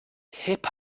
hip